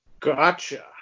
Gotcha